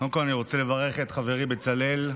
קודם כול אני רוצה לברך את חברי בצלאל.